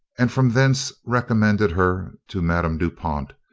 and from thence recommended her to madame du pont,